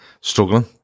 struggling